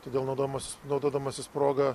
todėl naudodamas naudodamasis proga